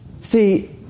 See